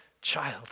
child